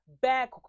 back